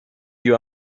you